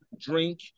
drink